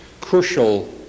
crucial